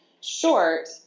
short